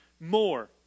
more